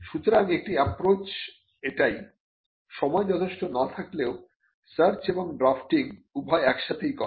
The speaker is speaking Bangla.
সুতরাং একটি অ্যাপ্রোচ এটাই সময় যথেষ্ট না থাকলেও সার্চ এবং ড্রাফটিং উভয় একসাথেই করা